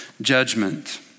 judgment